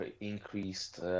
increased